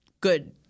good